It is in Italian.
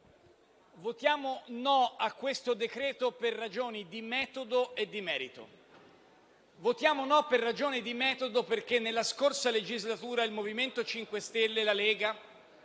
votiamo «no» a questo decreto-legge per ragioni di metodo e di merito. Votiamo «no» per ragioni di metodo, perché nella scorsa legislatura il MoVimento 5 Stelle e la Lega